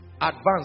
advance